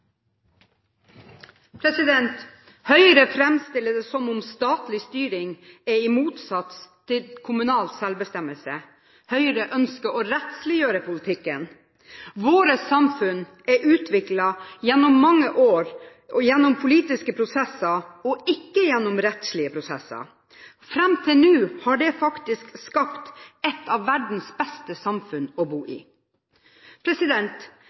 rettsapparat. Høyre framstiller det som om statlig styring er en motsats til kommunal selvbestemmelse. Høyre ønsker å rettsliggjøre politikken. Vårt samfunn er utviklet gjennom mange år gjennom politiske prosesser og ikke gjennom rettslige prosesser. Fram til nå har det faktisk skapt et av verdens beste samfunn å bo i.